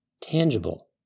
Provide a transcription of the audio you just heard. tangible